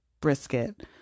brisket